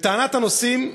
לטענת הנוסעים,